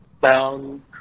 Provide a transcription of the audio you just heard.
bound